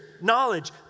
Knowledge